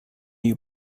you